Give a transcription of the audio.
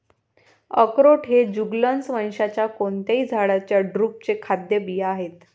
अक्रोड हे जुगलन्स वंशाच्या कोणत्याही झाडाच्या ड्रुपचे खाद्य बिया आहेत